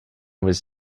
was